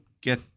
get